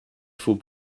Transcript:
faut